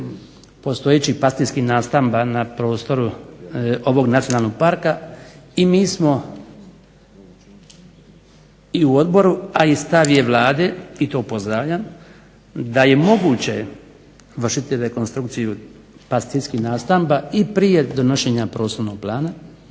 postojećih pastirskih nastamba na prostoru ovog Nacionalnog parka i mi smo i u Odboru i starije vlade i to pozdravljam da je moguće vršiti rekonstrukciju pastirskih nastamba i prije donošenja prostornog plana,